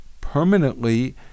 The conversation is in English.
permanently